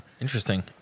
Interesting